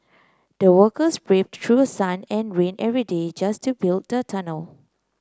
the workers braved through sun and rain every day just to build the tunnel